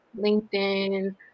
LinkedIn